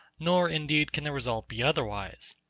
nor, indeed, can the result be otherwise.